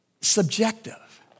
subjective